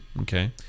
Okay